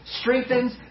strengthens